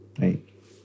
right